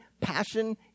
passion